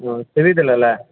हँ सिली देलो छलऽ